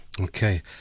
Okay